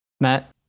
Matt